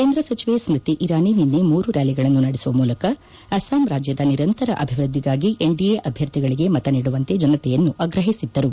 ಕೇಂದ್ರ ಸಚಿವೆ ಸ್ಮತಿ ಇರಾನಿ ನಿನ್ನೆ ಮೂರು ರ್ಕಾಲಿಗಳನ್ನು ನಡೆಸುವ ಮೂಲಕ ಅಸ್ಲಾಂ ರಾಜ್ಯದ ನಿರಂತರ ಅಭಿವೃದ್ಧಿಗಾಗಿ ಎನ್ಡಿಎ ಅಭ್ಯರ್ಥಿಗಳಿಗೆ ಮತ ನೀಡುವಂತೆ ಜನತೆಯನ್ನು ಆಗ್ರಹಿಸಿದ್ದರು